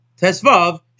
Tesvav